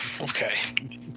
okay